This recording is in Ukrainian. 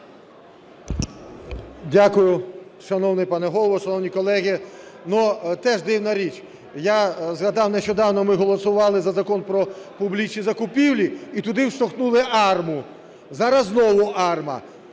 Дякую. Шановний пане Голово, шановні колеги! Теж дивна річ, я згадав, нещодавно ми голосували за Закон "Про публічні закупівлі" і туди вштовхнули АРМА. Зараз знову АРМА.